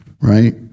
Right